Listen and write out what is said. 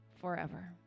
forever